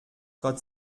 gott